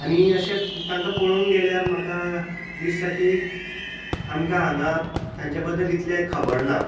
आनी अशें तांकां पळोवंक गेल्यार म्हाका दिसता की आमकां हांगां तेंच्या बद्दल तितलें खबर ना